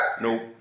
Nope